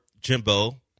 Jimbo